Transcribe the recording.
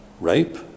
rape